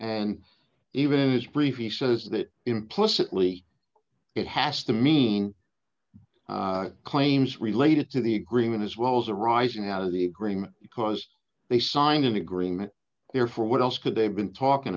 and even as briefly says that implicitly it has to mean claims related to the agreement as well as arising out of the agreement because they signed an agreement therefore what else could they have been talking